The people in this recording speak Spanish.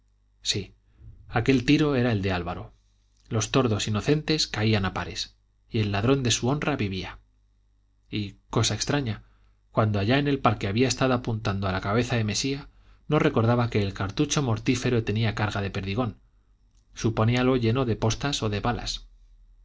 sí aquel tiro era el de álvaro los tordos inocentes caían a pares y el ladrón de su honra vivía y cosa extraña cuando allá en el parque había estado apuntando a la cabeza de mesía no recordaba que el cartucho mortífero tenía carga de perdigón suponíalo lleno de postas o de balas